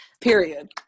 period